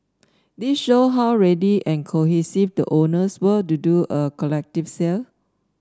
this show how ready and cohesive the owners were to do a collective sale